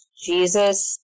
Jesus